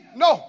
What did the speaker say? no